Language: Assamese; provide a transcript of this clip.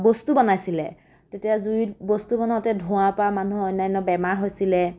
বস্তু বনাইছিলে তেতিয়া জুইত বস্তু বনাওতে ধোঁৱাৰ পৰা মানুহৰ অন্যান্য বেমাৰ হৈছিলে